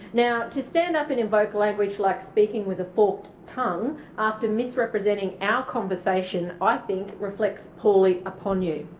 now to stand up and invoke language like speaking with a forked tongue after misrepresenting our conversation i think reflects poorly upon you.